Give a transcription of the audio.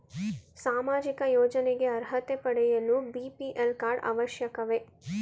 ಸಾಮಾಜಿಕ ಯೋಜನೆಗೆ ಅರ್ಹತೆ ಪಡೆಯಲು ಬಿ.ಪಿ.ಎಲ್ ಕಾರ್ಡ್ ಅವಶ್ಯಕವೇ?